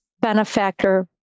benefactor